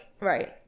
right